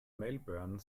melbourne